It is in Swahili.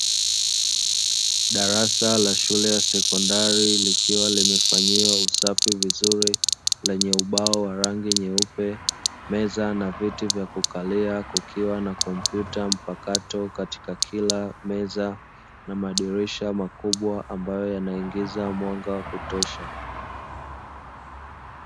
Darasa la shule ya sekondari likiwa limefanyiwa usafi vizuri, lenye ubao wa rangi nyeupe meza na viti vya kukalia, kukiwa na kompyuta mpakato katika kila meza, na madirisha makubwa ambayo yanaingiza mwanga wa kutosha.